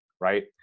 right